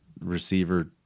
receiver